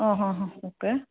ಹ್ಞೂ ಹ್ಞೂ ಹ್ಞೂ ಓಕೆ